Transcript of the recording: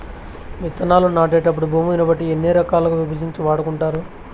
విత్తనాలు నాటేటప్పుడు భూమిని బట్టి ఎన్ని రకాలుగా విభజించి వాడుకుంటారు?